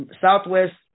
Southwest